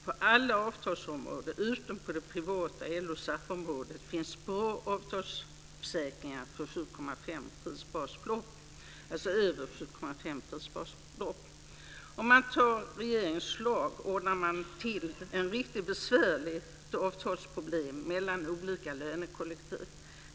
På alla avtalsområden, utom på det privata LO och SAF området, finns bra avtalsförsäkringar för dem med inkomster över 7,5 prisbasbelopp. Om man antar regeringens förslag ordnar man till ett riktigt besvärligt avstalsproblem mellan olika lönekollektiv.